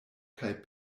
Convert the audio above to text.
kaj